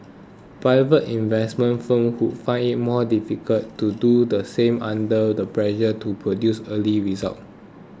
private investment firms would find it more difficult to do the same under the pressure to produce early results